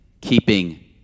keeping